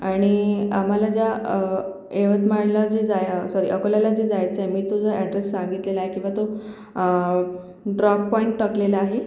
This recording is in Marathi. आणि आम्हाला ज्या यवतमाळला जे जाया सॉरी अकोल्याला जे जायचंय मी तो जो अॅड्रेस सांगितलेला आहे की बा तो ड्रॉप पॉईंट टाकलेला आहे